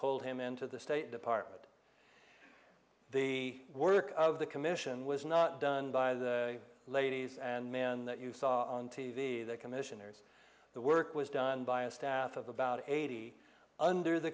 pulled him into the state department the work of the commission was not done by the ladies and man that you saw on t v the commissioners the work was done by a staff of about eighty under the